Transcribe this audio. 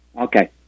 Okay